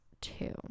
two